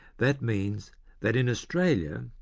that means that in australia,